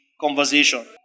conversation